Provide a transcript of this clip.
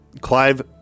Clive